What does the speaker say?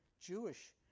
Jewish